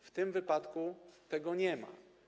W tym wypadku tego nie ma.